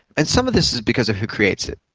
and some of this is because of who creates it.